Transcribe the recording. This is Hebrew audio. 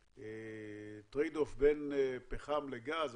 ה-trade off בין פחם לגז,